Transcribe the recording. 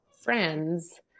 friends